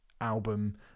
album